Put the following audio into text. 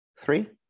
Three